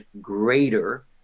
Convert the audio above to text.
greater